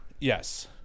yes